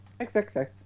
XXX